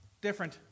different